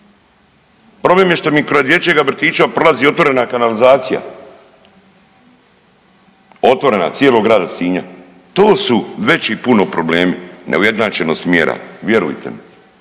Problem je što mi kraj dječjeg vrtića prolazi otvorena kanalizacija, otvorena cijelog grada Sinja, to su veći puno problemi neujednačenost smjera vjerujte mi.